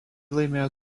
laimėjo